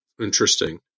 Interesting